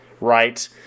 right